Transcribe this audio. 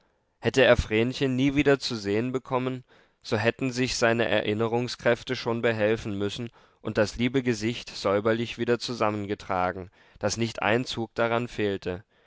hätte er vrenchen nie wieder zu sehen bekommen so hätten sich seine erinnerungskräfte schon behelfen müssen und das liebe gesicht säuberlich wieder zusammengetragen daß nicht ein zug daran fehlte